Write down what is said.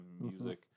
music